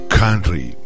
country